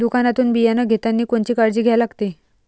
दुकानातून बियानं घेतानी कोनची काळजी घ्या लागते?